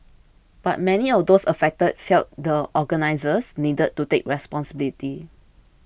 but many of those affected felt the organisers needed to take responsibility